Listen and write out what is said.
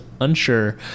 unsure